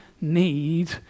need